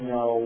no